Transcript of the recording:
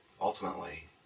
ultimately